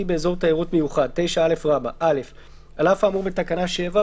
באזור תיירות מיוחד על אף האמור בתקנה 7,